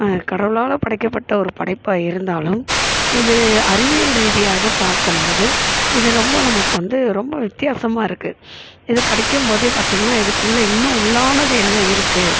கடவுளால் படைக்கப்பட்ட ஒரு படைப்பாக இருந்தாலும் இது அறிவியல் ரீதியாக பார்க்கும் போது இது ரொம்ப நமக்கு வந்து ரொம்ப வித்தியாசமாக இருக்குது இது படிக்கும் போதே பார்த்திங்கன்னா இதுக்குள்ளே இன்னும் உள்ளானது என்ன இருக்குது